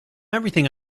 everything